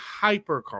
hypercar